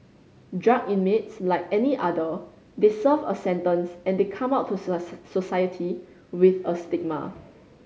drug inmates like any other they serve a sentence and they come out to society with a stigma